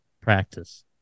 practice